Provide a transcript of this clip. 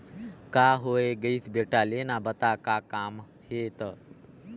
का होये गइस बेटा लेना बता का काम हे त